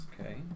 Okay